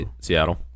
Seattle